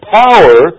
power